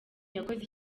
yakoze